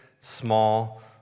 small